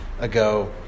ago